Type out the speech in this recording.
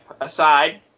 aside